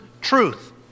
truth